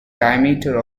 diameter